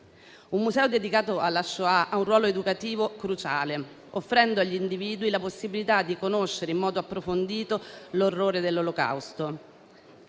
Un museo dedicato alla Shoah ha un ruolo educativo cruciale, offrendo agli individui la possibilità di conoscere in modo approfondito l'orrore dell'Olocausto.